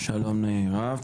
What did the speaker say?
שלום רב.